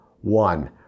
One